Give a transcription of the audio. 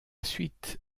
suite